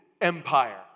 Empire